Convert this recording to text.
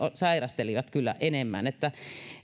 sairastelivat kyllä enemmän